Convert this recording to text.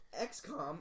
XCOM